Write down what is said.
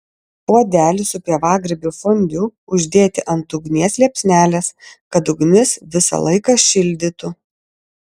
puodelį su pievagrybių fondiu uždėti ant ugnies liepsnelės kad ugnis visą laiką šildytų